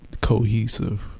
cohesive